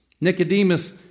Nicodemus